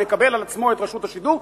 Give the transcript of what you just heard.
מקבל על עצמו את רשות השידור,